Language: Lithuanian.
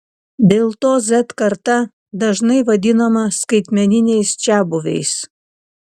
dėl to z karta dažnai vadinama skaitmeniniais čiabuviais